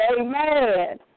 amen